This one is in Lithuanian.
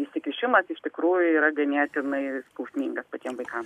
įsikišimas iš tikrųjų yra ganėtinai skausmingas tokiem vaikam